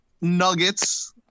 nuggets